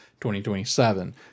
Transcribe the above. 2027